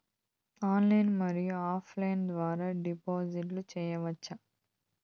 Online మరియు offline ద్వారా డిపాజిట్లు సేయొచ్చా?